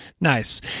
Nice